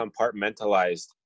compartmentalized